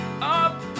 up